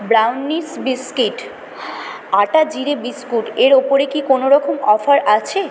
brownie biscuit আটা জিরে biscuit এর উপরে কি কোনো রকম অফার আছে